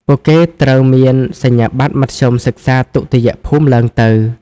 ពួកគេត្រូវមានសញ្ញាបត្រមធ្យមសិក្សាទុតិយភូមិឡើងទៅ។